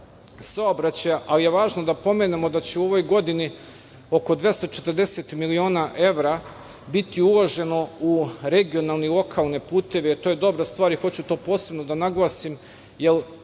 saobraćaja, ali je važno da pomenemo da će u ovoj godini oko 240 miliona evra biti uloženo u regionalne lokalne puteve, a to je dobra stvar i hoću to posebno da naglasim, jer